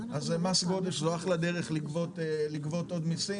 אז מס גודש זו אחלה דרך לגבות עוד מסים